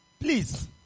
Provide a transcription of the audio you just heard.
please